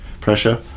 pressure